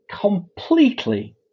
completely